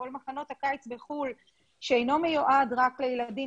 כל מחנות הקיץ בחוץ לארץ שאינם מיועדים רק לילדים